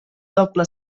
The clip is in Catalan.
doble